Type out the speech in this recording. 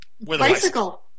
Bicycle